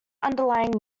underlying